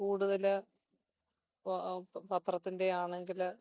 കൂടുതൽ പത്രത്തിൻ്റെ ആണെങ്കിൽ